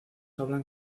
hablan